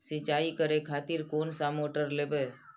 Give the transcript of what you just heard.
सीचाई करें खातिर कोन सा मोटर लेबे?